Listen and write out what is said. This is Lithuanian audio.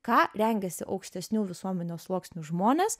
ką rengiasi aukštesnių visuomenės sluoksnių žmonės